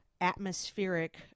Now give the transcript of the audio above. atmospheric